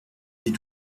des